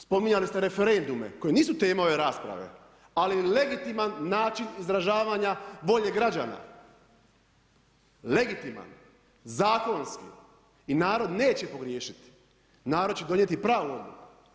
Spominjali ste referendume koji nisu tema ove rasprave, ali legitiman način izražavanja volje građana, legitiman, zakonski i narod neće pogriješiti, narod će donijeti pravu odluku.